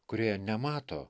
kurioje nemato